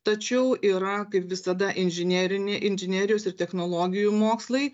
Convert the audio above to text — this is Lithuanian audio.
tačiau yra kaip visada inžinerinė inžinerijos ir technologijų mokslai